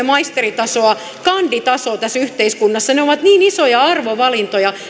maisteritasoa kanditasoon tässä yhteiskunnassa ne ovat niin isoja arvovalintoja